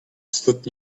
stood